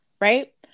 Right